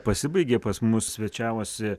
pasibaigė pas mus svečiavosi